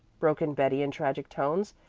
broke in betty in tragic tones.